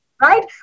Right